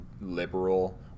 liberal